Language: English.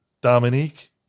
Dominique